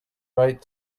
right